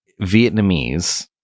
Vietnamese